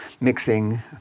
mixing